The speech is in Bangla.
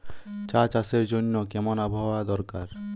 চা চাষের জন্য কেমন আবহাওয়া দরকার?